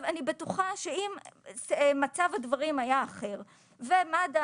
אני בטוחה שאם מצב הדברים היה אחר ומד"א